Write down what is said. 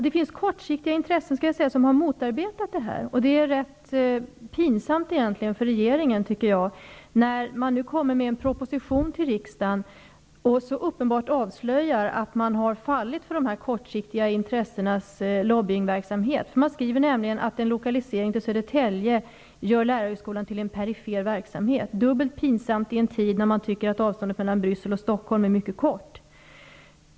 Det finns kortsiktiga intressen som har motarbetat detta förslag, och jag menar att det egentligen är rätt pinsamt för regeringen att man i sin proposi tion till riksdagen så uppenbart avslöjar att man har fallit för dessa kortsiktiga intressens lobbying verksamhet. Man skriver nämligen i propositio nen att en lokalisering till Södertälje gör lärarhög skolan till en perifer verksamhet. Detta är dubbelt pinsamt i en tid när man menar att avståndet mel lan Bryssel och Stockholm är mycket kort.